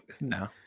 no